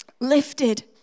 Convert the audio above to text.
lifted